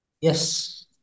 Yes